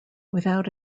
without